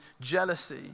jealousy